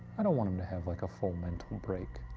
i don't want him to have, like, a full mental break.